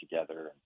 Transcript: together